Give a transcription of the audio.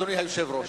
אדוני היושב-ראש,